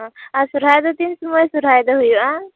ᱚ ᱟᱨ ᱥᱚᱦᱨᱟᱭ ᱫᱚ ᱛᱤᱱ ᱥᱚᱢᱚᱭ ᱥᱚᱦᱨᱟᱭ ᱫᱚ ᱦᱩᱭᱩᱜᱼᱟ